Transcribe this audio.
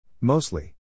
Mostly